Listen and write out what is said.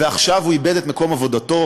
ועכשיו הוא איבד את מקום עבודתו.